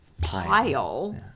pile